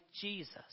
Jesus